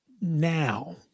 now